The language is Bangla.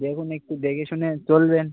দেখুন একটু দেখেশুনে চলবেন